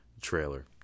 trailer